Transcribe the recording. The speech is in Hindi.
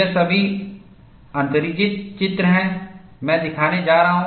यह सभी अतिरंजित चित्र हैं मैं दिखाने जा रहा हूं